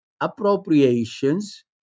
appropriations